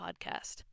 podcast